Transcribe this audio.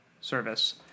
service